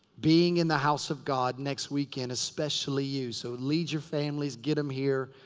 being in the house of god next weekend. especially you. so, lead your families. get em here.